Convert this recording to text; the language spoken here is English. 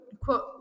quote